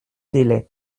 délai